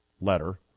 letter